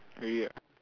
really ah